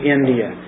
India